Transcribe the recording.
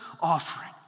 offering